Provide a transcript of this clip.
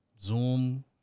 Zoom